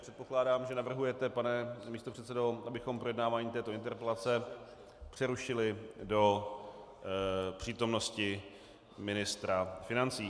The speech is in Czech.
Předpokládám, že navrhujete, pane místopředsedo, abychom projednávání této interpelace přerušili do přítomnosti ministra financí.